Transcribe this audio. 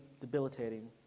debilitating